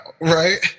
right